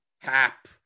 Hap